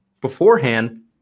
beforehand